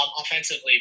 offensively